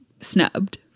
snubbed